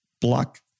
block